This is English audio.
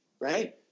right